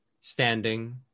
standing